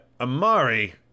Amari